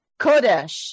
Kodesh